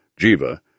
Jiva